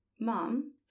mom